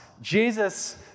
Jesus